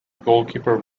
goalkeeper